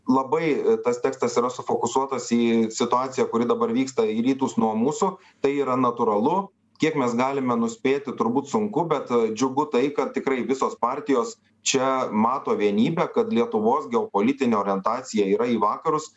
labai tas tekstas yra sufokusuotas į situaciją kuri dabar vyksta į rytus nuo mūsų tai yra natūralu kiek mes galime nuspėti turbūt sunku bet džiugu tai kad tikrai visos partijos čia mato vienybę kad lietuvos geopolitinė orientacija yra į vakarus